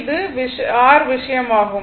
இது ஒரு r விஷயம் ஆகும்